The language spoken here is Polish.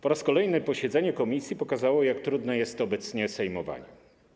Po raz kolejny posiedzenie komisji pokazało, jak trudne jest obecnie sejmowanie.